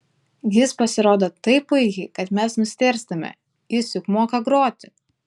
jis pasirodo taip puikiai kad mes nustėrstame jis juk moka groti